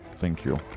thank you.